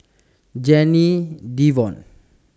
Janie Devon